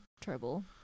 trouble